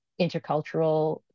intercultural